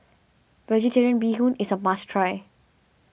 Vegetarian Bee Hoon is a must try